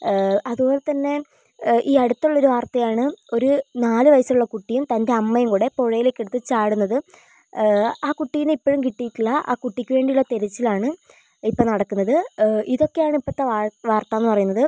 അതുപോലെതന്നെ ഈ അടുത്തുള്ള വാർത്തയാണ് ഒരു നാല് വയസുള്ള കുട്ടിയും തൻ്റെ അമ്മയുംകൂടെ പുഴയിലേക്ക് എടുത്ത് ചാടുന്നത് ആ കുട്ടിനെ ഇപ്പോഴും കിട്ടിയിട്ടില്ല ആ കുട്ടിക്കുവേണ്ടി തിരച്ചിലിലാണ് ഇപ്പോൾ നടക്കുന്നത് ഇതൊക്കെയാണ് ഇപ്പത്തെ വാർത്താന്ന് പറയുന്നത്